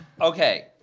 Okay